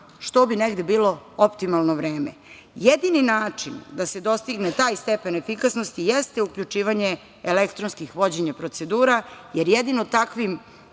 što bi negde bilo optimalno vreme. Jedini način da se dostigne taj stepen efikasnosti jeste uključivanje elektronskih vođenja procedura, jer jedino takvim